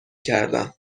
کردم